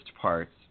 parts